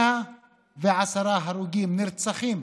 110 הרוגים, נרצחים,